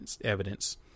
evidence